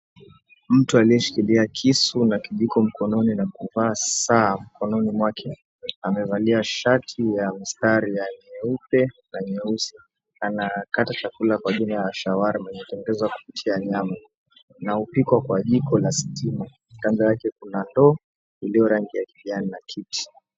Mtu aliyeshikilia kisu na kijiko mkononi na kuvaa saa mkononi mwake amevalia shati ya mistari ya nyeupe na nyeusi. Anakata chakula kwa ajili ya shawarma iliyotengenezwa kupitia nyama na hupikwa kwa jiko la stima. Kando yake kuna ndoo iliyo rangi ya kijani na kiti.